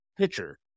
pitcher